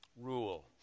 rule